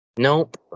Nope